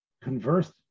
conversed